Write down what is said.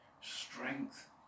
strength